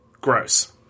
gross